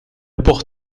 pour